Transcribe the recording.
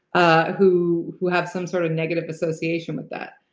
ah who who have some sort of negative association with that.